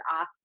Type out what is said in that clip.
off